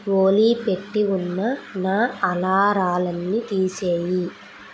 ఓలీ పెట్టి ఉన్న నా అలారంలన్నీ తీసేయి